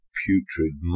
putrid